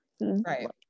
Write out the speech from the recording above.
right